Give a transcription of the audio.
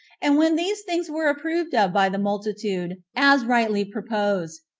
and when these things were approved of by the multitude, as rightly proposed,